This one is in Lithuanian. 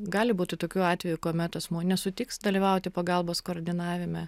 gali būti tokių atvejų kuomet asmuo nesutiks dalyvauti pagalbos koordinavime